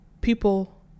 people